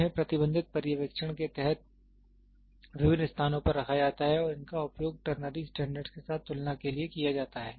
उन्हें प्रतिबंधित पर्यवेक्षण के तहत विभिन्न स्थानों पर रखा जाता है और इनका उपयोग टरनरी स्टैंडर्ड के साथ तुलना के लिए किया जाता है